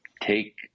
take